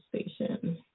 station